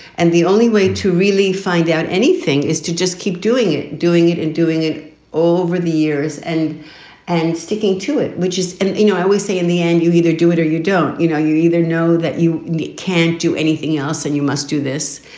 and the only way to really find out anything is to just keep doing it, doing it and doing it over the years and and sticking to it, which is, you know, i always say in the end, you either do it or you don't. you know, you either know that you you can't do anything else and you must do this.